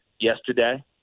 yesterday